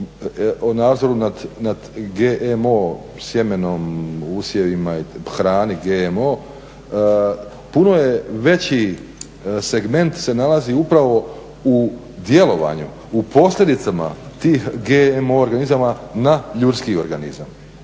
o nadzoru nad GMO sjemenom, usjevima i hrani GMO. Puno je veći segment se nalazi upravo u djelovanju, u posljedicama tih GMO organizama na ljudski organizam.